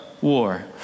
war